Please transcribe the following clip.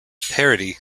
parody